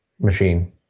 machine